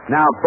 Now